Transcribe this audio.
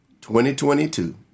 2022